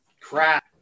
crap